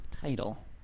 title